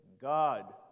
God